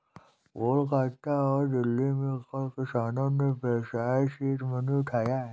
कोलकाता और दिल्ली में कल किसान ने व्यवसाय सीड मनी उठाया है